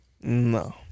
No